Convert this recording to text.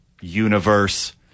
universe